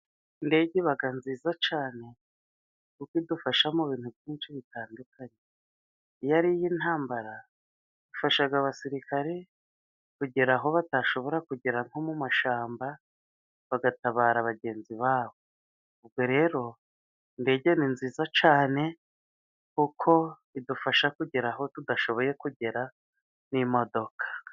Indege iba nziza cyane kuko idufasha mu bintu byinshi bitandukanye. Iyo ari iy'intambara, ifasha abasirikare kugera aho batashobora kugera nko mu mashamba, bagatabara bagenzi babo, ubwo rero indege ni nziza cyane, kuko idufasha kugera aho tudashoboye kugera n'imodoka.